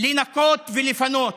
לנקות ולפנות.